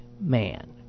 man